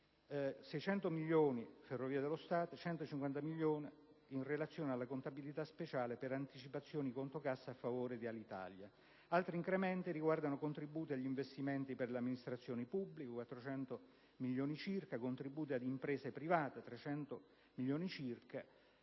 600 milioni le Ferrovie dello Stato e per 150 milioni la contabilità speciale per anticipazione in conto cassa a favore di Alitalia. Altri incrementi riguardano contributi agli investimenti per le amministrazioni pubbliche (400 milioni circa), contributi ad imprese private (300 milioni circa)